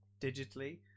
digitally